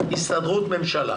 ההסתדרות והממשלה,